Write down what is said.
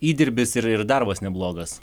įdirbis ir ir darbas neblogas